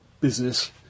business